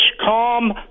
calm